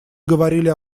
говорили